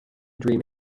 dream